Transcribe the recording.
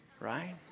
Right